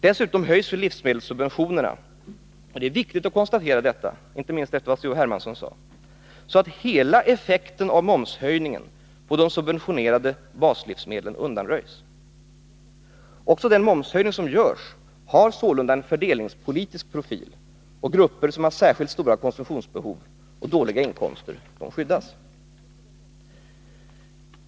Dessutom höjs livsmedelssubventionerna — det är viktigt att konstatera detta, inte minst efter vad C.-H. Hermansson sade — så att hela effekten av momshöjningen på de subventionerade baslivsmedlen undanröjs. Också den momshöjning som görs har sålunda en fördelningspolitisk profil, vilket innebär att grupper som har särskilt stora konsumtionsbehov och låga inkomster skyddas.